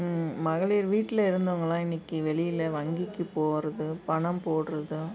மகளிர் வீட்டில் இருந்தவங்கலாம் இன்றைக்கு வெளியில் வங்கிக்குப் போகிறது பணம் போடுறதும்